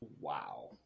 Wow